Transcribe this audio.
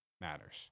matters